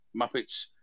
Muppets